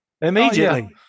Immediately